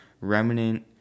remnant